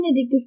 addictive